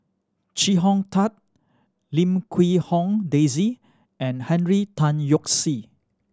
Chee Hong Tat Lim Quee Hong Daisy and Henry Tan Yoke See